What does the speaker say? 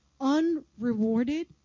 unrewarded